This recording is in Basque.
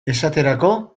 esaterako